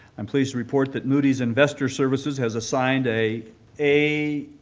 i'm pleased to report that moody's investor services has assigned a a